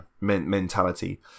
mentality